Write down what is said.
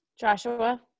Joshua